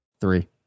three